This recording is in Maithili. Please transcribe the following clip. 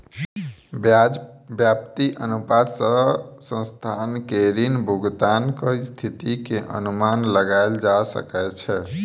ब्याज व्याप्ति अनुपात सॅ संस्थान के ऋण भुगतानक स्थिति के अनुमान लगायल जा सकै छै